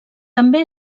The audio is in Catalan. també